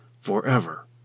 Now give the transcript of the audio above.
forever